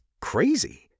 crazy